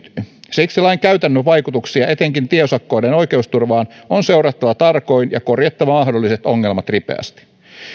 siksi lain käytännön vaikutuksia etenkin tieosakkaiden oikeusturvaan on seurattava tarkoin ja korjattava mahdolliset ongelmat ripeästi